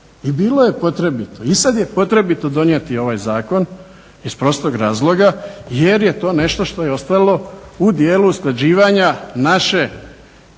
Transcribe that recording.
I bilo je potrebito i sad je potrebito donijeti ovaj zakon iz prostog razloga jer je to nešto što je ostalo u djelu usklađivanja našeg